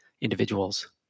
individuals